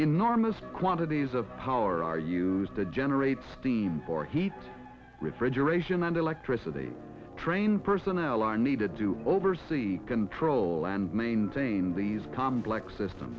enormous quantities of power are used to generate steam or heat refrigeration and electricity trained personnel are needed to oversee control and maintain these complex system